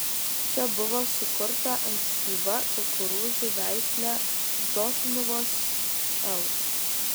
čia buvo sukurta ankstyva kukurūzų veislė dotnuvos l